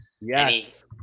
Yes